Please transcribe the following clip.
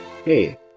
Hey